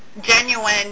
genuine